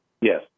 Yes